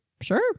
sure